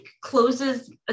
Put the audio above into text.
closes